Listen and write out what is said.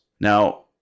Now